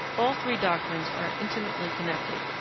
all three doctrines are intimately connected,